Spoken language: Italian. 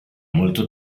molto